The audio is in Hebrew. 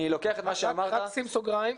רק שים סוגריים,